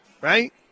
right